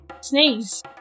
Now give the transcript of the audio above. Sneeze